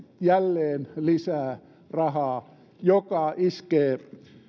jälleen lisää rahaa joka iskee